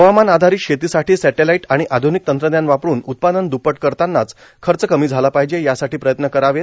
हवामान आधारित शेतीसाठी सॅटेलाईट आणि आध्निक तंत्रज्ञान वापरून उत्पादन द्दष्पट करतानाच खर्च कमी झाला पाहिजे यासाठी प्रयत्न करावेत